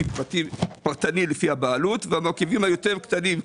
עובדים פרטני לפי הבעלות ובמרכיבים היותר קטנים,